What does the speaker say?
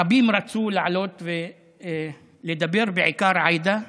רבים רצו לעלות ולדבר, בעיקר עאידה,